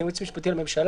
כייעוץ משפטי לממשלה,